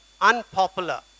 unpopular